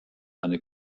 eine